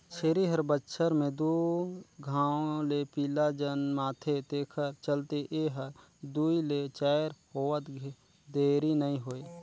छेरी हर बच्छर में दू घांव ले पिला जनमाथे तेखर चलते ए हर दूइ ले चायर होवत देरी नइ होय